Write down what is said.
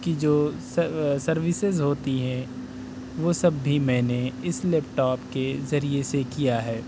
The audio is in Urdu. کی جو سروسز ہوتی ہیں وہ سب بھی میں نے اس لیپ ٹاپ کے ذریعے سے کیا ہے